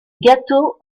gâteau